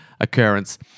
occurrence